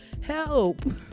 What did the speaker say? Help